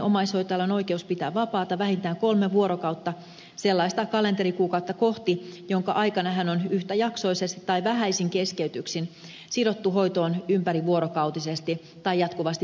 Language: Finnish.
omaishoitajalla on oikeus pitää vapaata vähintään kolme vuorokautta sellaista kalenterikuukautta kohti jonka aikana hän on yhtäjaksoisesti tai vähäisin keskeytyksin sidottu hoitoon ympärivuorokautisesti tai jatkuvasti päivittäin